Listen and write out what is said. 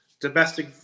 Domestic